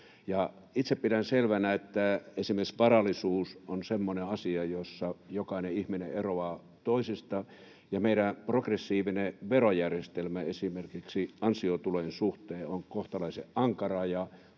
Itse pidän selvänä, että esimerkiksi varallisuus on semmoinen asia, jossa jokainen ihminen eroaa toisista. Kun meidän progressiivinen verojärjestelmä esimerkiksi ansiotulojen suhteen on kohtalaisen ankara ja